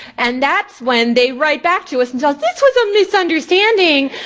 and that's when they write back to us and tell us this was a misunderstanding.